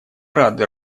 рады